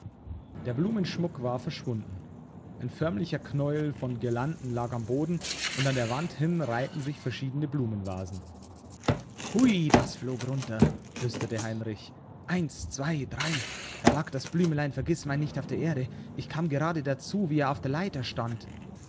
der blumenschmuck war verschwunden ein förmlicher knäuel von guirlanden lag am boden und an der wand hin reihten sich verschiedene blumenvasen hui das flog runter flüsterte heinrich eins zwei drei da lag das blümelein vergißmeinnicht auf der erde ich kam gerade dazu wie er auf der leiter stand